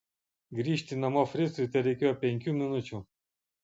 grįžti namo fricui tereikėjo penkių minučių